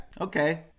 Okay